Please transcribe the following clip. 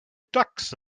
ducks